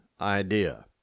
idea